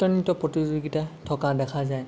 অত্যন্ত প্ৰতিযোগিতা থকা দেখা যায়